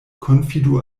konfidu